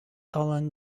alain